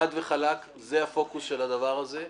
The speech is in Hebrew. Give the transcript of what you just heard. חד וחלק זה הפוקוס של הדבר הזה,